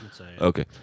Okay